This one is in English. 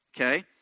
Okay